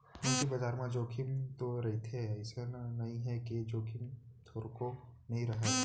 पूंजी बजार म जोखिम तो रहिथे अइसे नइ हे के जोखिम थोरको नइ रहय